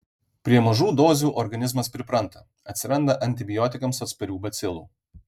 prie mažų dozių organizmas pripranta atsiranda antibiotikams atsparių bacilų